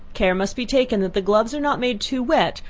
care must be taken that the gloves are not made too wet,